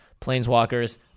planeswalkers